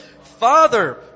Father